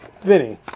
Vinny